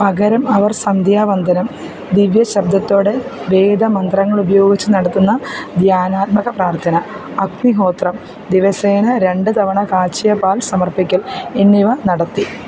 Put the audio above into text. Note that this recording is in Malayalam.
പകരം അവർ സന്ധ്യാവന്ദനം ദിവ്യശബ്ദത്തോടെ വേദമന്ത്രങ്ങൾ ഉപയോഗിച്ച് നടത്തുന്ന ധ്യാനാത്മക പ്രാർത്ഥന അഗ്നിഹോത്രം ദിവസേന രണ്ട് തവണ കാച്ചിയ പാൽ സമർപ്പിക്കൽ എന്നിവ നടത്തി